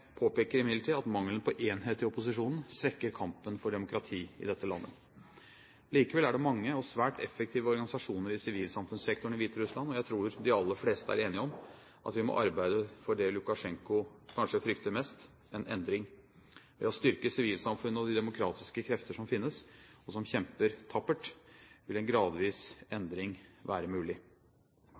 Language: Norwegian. påpeker imidlertid at mangelen på enhet i opposisjonen svekker kampen for demokrati i dette landet. Likevel er det mange og svært effektive organisasjoner i sivilsamfunnssektoren i Hviterussland. Jeg tror de aller fleste er enige om at vi må arbeide for det Lukasjenko kanskje frykter mest: en endring. Ved å styrke sivilsamfunnet og de demokratiske krefter som finnes, og som kjemper tappert, vil en gradvis endring være mulig.